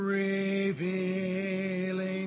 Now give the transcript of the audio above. revealing